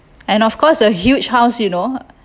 and of course a huge house you know